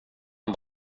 han